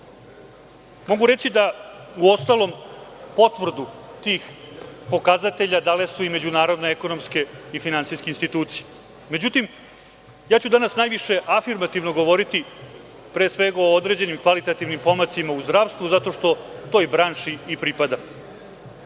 Mogu reći da, u ostalom, potvrdu tih pokazatelja dale su i međunarodne ekonomske i finansijske institucije.Međutim, danas ću najviše afirmativno govoriti, pre svega, o određenim kvalitativnim pomacima u zdravstvu, zato što toj branši i pripadam. Pre